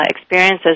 experiences